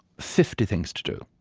fifty things to do,